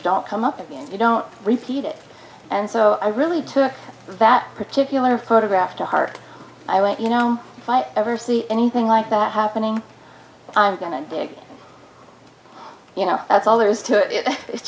don't come up and you don't repeat it and so i really took that particular photograph to heart i went you know if i ever see anything like that happening i'm going to dig you know that's all there is to it i